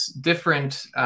different